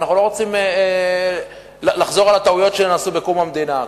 ואנחנו לא רוצים לחזור על הטעויות שנעשו בקום המדינה,